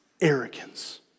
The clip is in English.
Arrogance